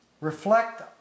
reflect